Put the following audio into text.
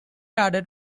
added